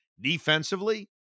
Defensively